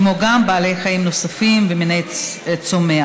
כמו גם בעלי חיים נוספים ומיני צומח.